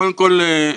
קודם כל,